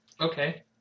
okay